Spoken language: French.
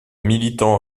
militant